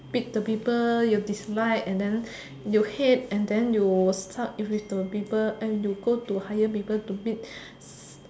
beat the people you dislike and then you hate and then you stuck with the people I mean you go to hire people to beat